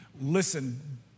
Listen